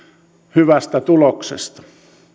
hyvästä tuloksesta